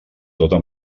tota